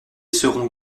seront